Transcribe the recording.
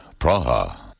Praha